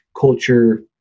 culture